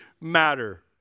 matter